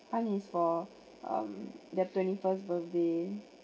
one is for um the twenty-first birthday